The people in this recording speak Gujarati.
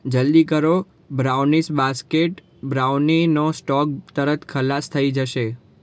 જલદી કરો બ્રાઉનીસ બાસ્કેટ બ્રાઉનીનો સ્ટોક તરત ખલાસ થઇ જશે